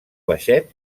baixet